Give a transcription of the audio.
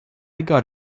got